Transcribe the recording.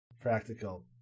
Practical